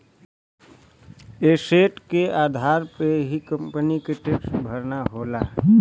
asset के आधार पे ही कंपनी के टैक्स भरना होला